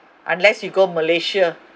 unless you go malaysia